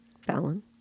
Fallon